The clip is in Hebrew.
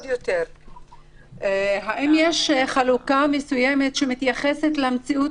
האם יש חלוקה מסוימת שמתייחסת למציאות,